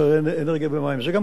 זה גם קיים במשרדים אחרים,